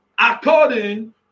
according